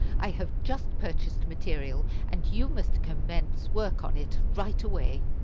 i have just purchased material, and you must commence work on it right away.